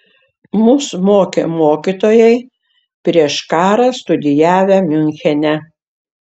mus mokė mokytojai prieš karą studijavę miunchene